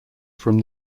from